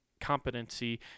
competency